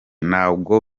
ntabwo